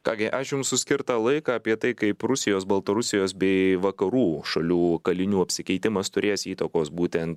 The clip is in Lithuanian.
ką gi ačiū jums už skirtą laiką apie tai kaip rusijos baltarusijos bei vakarų šalių kalinių apsikeitimas turės įtakos būtent